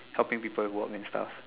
helping people to work and stuff